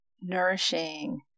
nourishing